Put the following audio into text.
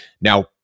Now